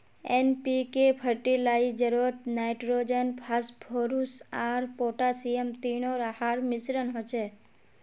NPK फ़र्टिलाइज़रोत nitrogen, phosphorus आर potassium तीनो रहार मिश्रण होचे